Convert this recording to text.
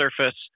surface